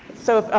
so